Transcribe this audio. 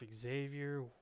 Xavier